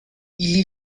ili